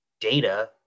data